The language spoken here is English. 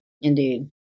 Indeed